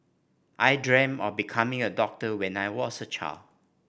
I dream of becoming a doctor when I was a child